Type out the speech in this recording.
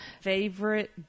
favorite